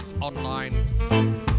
online